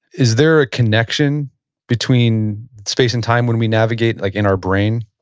is there a connection between space and time when we navigate like in our brain?